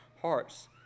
hearts